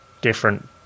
different